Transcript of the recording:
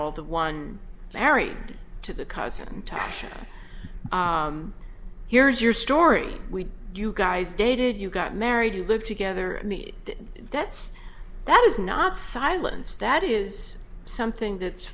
all the one married to the cousin taj here's your story we you guys dated you got married you lived together that's that is not silence that is something that's